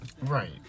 Right